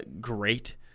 great